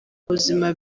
buzima